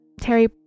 Terry